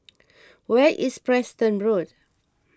where is Preston Road